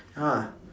!huh!